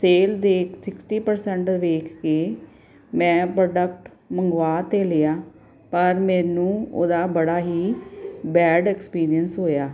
sale ਦੇ sixty percent ਵੇਖ ਕੇ ਮੈਂ ਪ੍ਰੋਡਕਟ ਮੰਗਵਾ ਤਾਂ ਲਿਆ ਪਰ ਮੈਨੂੰ ਉਹਦਾ ਬੜਾ ਹੀ ਬੈਡ ਐਕਸਪੀਰੀਅੰਸ ਹੋਇਆ